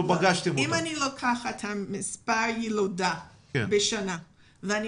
אני לוקחת את מספר הילודה בשנה ואני